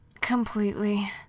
completely